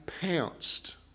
pounced